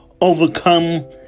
overcome